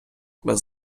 без